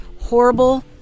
horrible